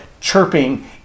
chirping